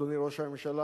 אדוני ראש הממשלה,